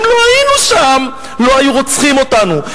אם לא היינו שם לא היו רוצחים אותנו,